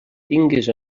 tingues